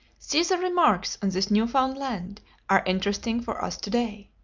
caesar's remarks on this newfound land are interesting for us to-day.